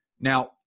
Now